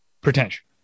pretension